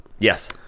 Yes